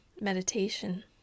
meditation